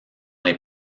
les